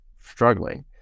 struggling